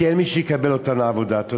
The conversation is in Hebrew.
כי אין מי שיקבל אותם לעבוד.